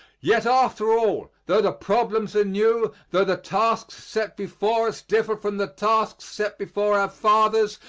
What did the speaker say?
yet after all, tho the problems are new, tho the tasks set before us differ from the tasks set before our fathers,